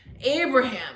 abraham